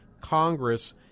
Congress